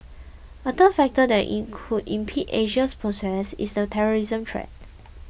a third factor that in could impede Asia's process is the terrorism threat